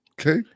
Okay